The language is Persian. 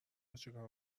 چیکار